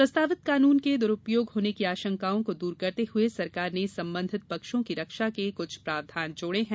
प्रस्तावित कानून के दुरुपयोग होने की आशंकाओं को दूर करते हुए सरकार ने संबंधित पक्षों की रक्षा के कुछ प्रावधान जोड़े हैं